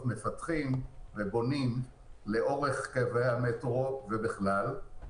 אלה שמפתחים ובונים לאורך קווי המטרו ובכלל.